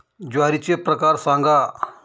ज्वारीचे प्रकार सांगा